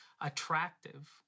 attractive